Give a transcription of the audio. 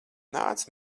nāc